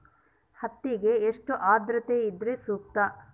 ಹತ್ತಿಗೆ ಎಷ್ಟು ಆದ್ರತೆ ಇದ್ರೆ ಸೂಕ್ತ?